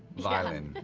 violin.